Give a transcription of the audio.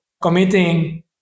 committing